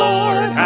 Lord